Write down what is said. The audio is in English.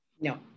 no